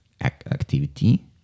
activity